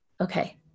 Okay